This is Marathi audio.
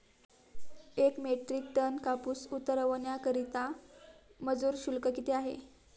एक मेट्रिक टन कापूस उतरवण्याकरता मजूर शुल्क किती आहे?